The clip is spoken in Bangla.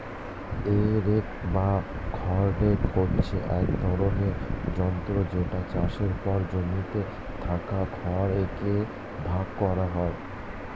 হে রেক বা খড় রেক হচ্ছে এক ধরণের যন্ত্র যেটা চাষের পর জমিতে থাকা খড় কে ভাগ করা হয়